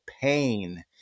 pain